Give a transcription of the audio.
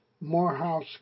Morehouse